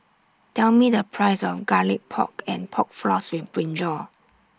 Tell Me The Price of Garlic Pork and Pork Floss with Brinjal